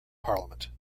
parliament